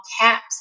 caps